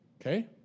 Okay